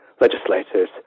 legislators